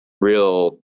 real